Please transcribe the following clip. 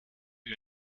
you